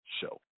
Show